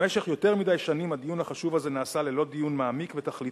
במשך יותר מדי שנים הדיון החשוב הזה נעשה ללא דיון מעמיק ותכליתי.